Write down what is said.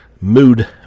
mood